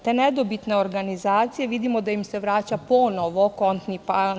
Te nedobitne organizacije, vidimo da im se vraća kontni plan.